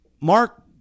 Mark